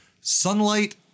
sunlight